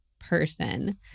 person